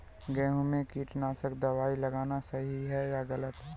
गेहूँ में कीटनाशक दबाई लगाना सही है या गलत?